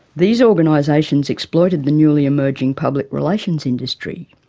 these organisations exploited the newly emerging public relations industry,